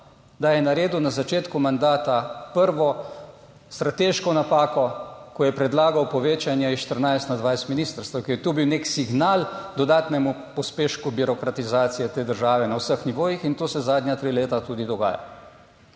da je naredil na začetku mandata prvo strateško napako, ko je predlagal povečanje iz 14 na 20 ministrstev, ker je to bil nek signal dodatnemu pospešku birokratizacije te države na vseh nivojih in to se zadnja tri leta tudi dogaja.